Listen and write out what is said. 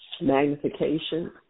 magnification